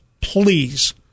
please